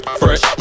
fresh